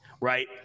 right